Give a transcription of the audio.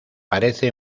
parece